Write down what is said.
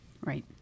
right